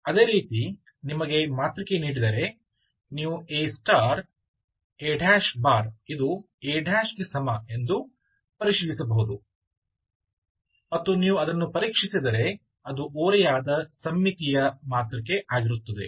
ಅದೇ ರೀತಿ ನಿಮಗೆ ಮಾತೃಕೆ ನೀಡಿದರೆ ನೀವು A ಇದು A ಗೆ ಸಮ ಎಂದು ಪರಿಶೀಲಿಸಬಹುದು ಮತ್ತು ನೀವು ಅದನ್ನು ಪರೀಕ್ಷಿಸಿದರೆ ಅದು ಓರೆಯಾದ ಸಮ್ಮಿತೀಯ ಮಾತೃಕೆ ಆಗಿರುತ್ತದೆ